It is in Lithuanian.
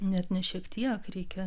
net ne šiek tiek reikia